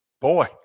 boy